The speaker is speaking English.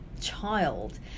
child